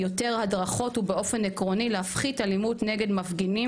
יותר הדרכות ובאופן עקרוני להפחית אלימות נגד מפגינים